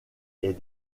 est